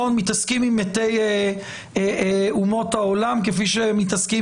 מתעסקים עם מתי אומות העולם כפי שמתעסקים